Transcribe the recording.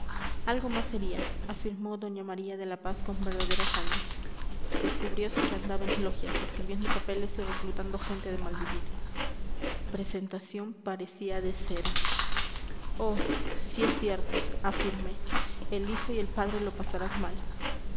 algo más sería afirmó doña maría de la paz con verdadera saña descubriose que andaba en logias escribiendo papeles y reclutando gente de mal vivir presentación parecía de cera oh si es cierto afirmé el hijo y el padre lo pasarán mal